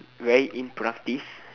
very unproductive